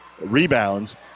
rebounds